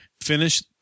finish